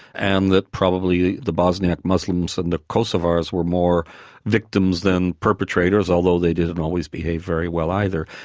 and that probably the bosniak muslims and the kosovars were more victims than perpetrators although they didn't always behave very well either.